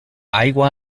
aigua